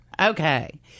Okay